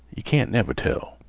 yeh can't never tell.